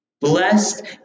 Blessed